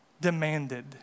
demanded